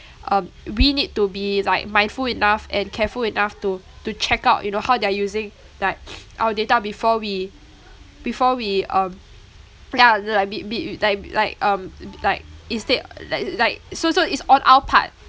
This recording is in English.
um we need to be like mindful enough and careful enough to to check out you know how they are using like our data before we before we um ya like be~ be~ like like um like instead li~ like so so it's on our part